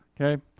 okay